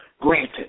granted